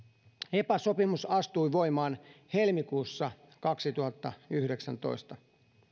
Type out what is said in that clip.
epa sopimus astui voimaan helmikuussa kaksituhattayhdeksäntoista